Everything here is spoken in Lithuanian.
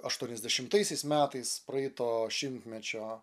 aštuoniasdešimtaisiais metais praeito šimtmečio